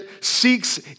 seeks